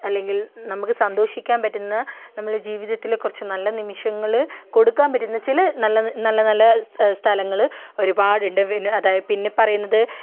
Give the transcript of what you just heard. അല്ലെങ്കിൽ നമുക്ക് സന്തോഷിക്കാൻ പറ്റുന്ന നമ്മുടെ ജീവിതത്തിലെ കുറച്ച് നല്ല നിമിഷങ്ങൾ കൊടുക്കാൻ പറ്റുന്ന ചില നല്ല നല്ല നല്ല സ്ഥലങ്ങൾ ഒരുപാടുണ്ട് പിന്നെ അത് പിന്നെ പറയുന്നത്